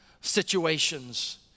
situations